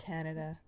Canada